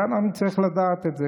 אז אנחנו נצטרך לדעת את זה.